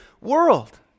world